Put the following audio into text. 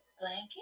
blanket